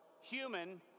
human